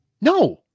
No